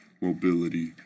mobility